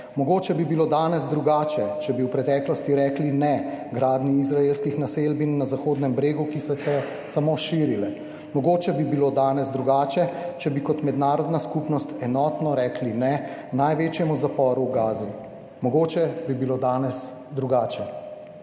Mogoče bi bilo danes drugače, če bi v preteklosti rekli ne gradnji izraelskih naselbin na Zahodnem bregu, ki so se samo širile. Mogoče bi bilo danes drugače, če bi kot mednarodna skupnost enotno rekli ne največjemu zaporu v Gazi. Mogoče bi bilo danes drugače.